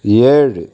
ஏழு